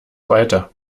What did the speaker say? weiter